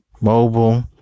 mobile